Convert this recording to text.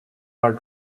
are